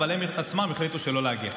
אבל הם עצמם החליטו שלא להגיע.